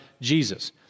Jesus